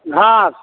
घास